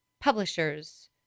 Publishers